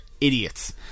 idiots